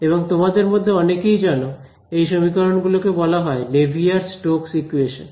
এবং তোমাদের মধ্যে অনেকেই জানো এই সমীকরণ গুলিকে বলা হয় নেভিয়ার স্টোক্স ইকুয়েশনস